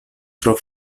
tro